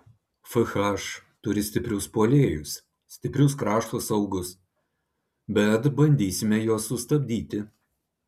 fh turi stiprius puolėjus stiprius krašto saugus bet bandysime juos sustabdyti